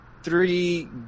three